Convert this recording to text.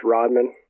Rodman